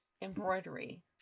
embroidery